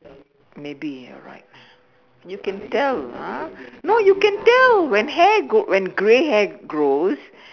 maybe you are right you can tell ah no you can tell when hair when grey hair grows